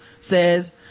says